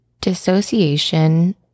Dissociation